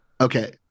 Okay